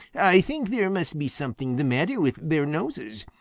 i think there must be something the matter with their noses,